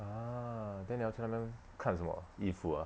ah then 你要去那边看什么衣服 ah